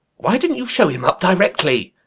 why didn't you show him up directly?